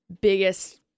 biggest